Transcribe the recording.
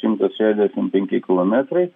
šimtas šešiasdešim penki kilometrai